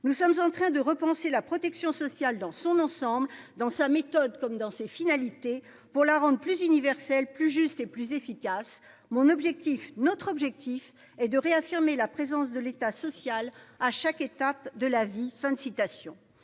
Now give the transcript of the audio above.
Nous sommes en train de repenser la protection sociale dans son ensemble : dans sa méthode comme dans ses finalités, pour la rendre plus universelle, plus juste et plus efficace. Notre objectif consiste à réaffirmer la présence de l'État social à chaque étape de la vie. »